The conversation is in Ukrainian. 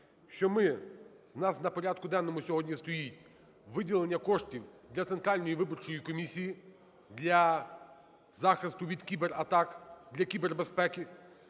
що у нас на порядку денному сьогодні стоїть виділення коштів для Центральної виборчої комісії для захисту від кібератак для кібербезпеки.